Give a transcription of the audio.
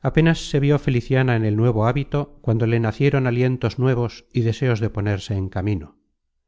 apenas se vió feliciana en el nuevo hábito cuando le nacieron alientos nuevos y deseos de ponerse en camino